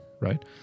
right